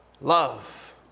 Love